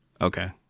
Okay